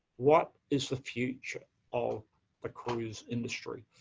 what is the future of the cruise industry?